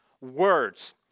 words